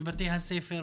בבתי ספר.